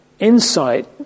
insight